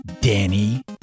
Danny